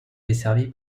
desservie